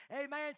Amen